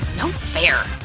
no fair!